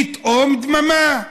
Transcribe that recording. פתאום דממה,